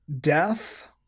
death